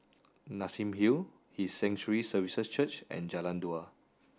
Nassim Hill His Sanctuary Services Church and Jalan Dua